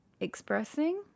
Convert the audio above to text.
expressing